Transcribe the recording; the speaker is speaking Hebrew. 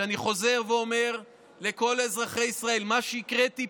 ואני חוזר ואומר לכל אזרחי ישראל: מה שקראתי